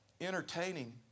entertaining